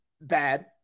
bad